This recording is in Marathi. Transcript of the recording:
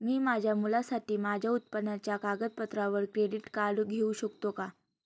मी माझ्या मुलासाठी माझ्या उत्पन्नाच्या कागदपत्रांवर क्रेडिट कार्ड घेऊ शकतो का?